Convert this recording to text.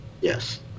Yes